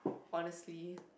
honestly